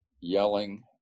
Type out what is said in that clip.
yelling